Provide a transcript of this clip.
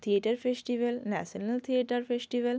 theatre festival national theatre festival